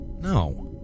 No